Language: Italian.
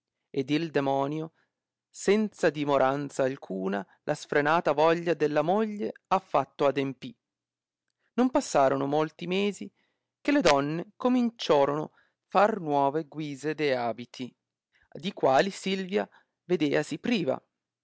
ed il demonio senza dimoranza alcuna la sfrenata voglia della moglie affatto adempì non passorono molti mesi che le donne cominciorono far nuove guise de abiti di quali silvia vedeasi priva